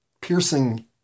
piercing